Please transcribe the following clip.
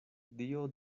dio